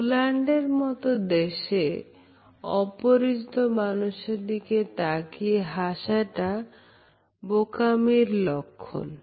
পোল্যান্ডের মতো দেশে অপরিচিত মানুষের দিকে তাকিয়ে হাসাটা বোকামী লক্ষণ